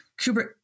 Kubrick